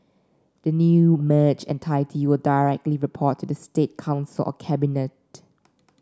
the new merged entity will directly report to the State Council or cabinet